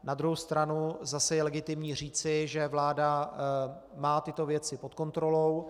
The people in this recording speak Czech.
Na druhou stranu zase je legitimní říci, že vláda má tyto věci pod kontrolou.